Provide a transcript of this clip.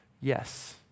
Yes